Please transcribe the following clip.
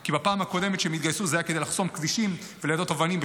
כי בפעם הקודמת שהם התגייסו זה היה כדי לחסום כבישים וליידות אבנים,